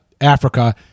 Africa